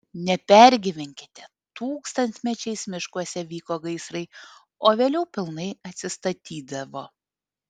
nepergyvenkite tūkstantmečiais miškuose vyko gaisrai o vėliau pilnai atsistatydavo